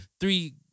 three